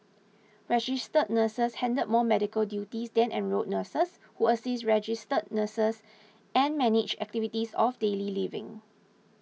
registered nurses handle more medical duties than enrolled nurses who assist registered nurses and manage activities of daily living